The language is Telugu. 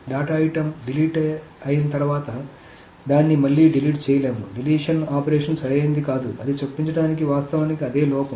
డేటా ఐటెమ్ డిలీట్ అయిన తర్వాత దాన్ని మళ్లీ డిలీట్ చేయలేము డిలీషన్ ఆపరేషన్ సరైనది కాదు అది చొప్పించడానికి వాస్తవానికి అదే లోపం